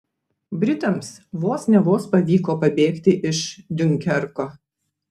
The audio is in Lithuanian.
britams vos ne vos pavyko pabėgti iš diunkerko